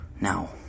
now